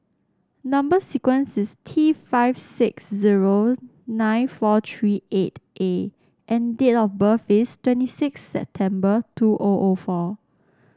number sequence is T five six zero nine four three eight A and date of birth is twenty six September two O O four